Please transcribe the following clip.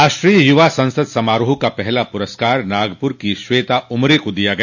राष्ट्रीय यवा संसद समारोह का पहला पुरस्कार नागपुर की श्वेता उमरे को दिया गया